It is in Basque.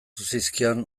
zizkion